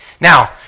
Now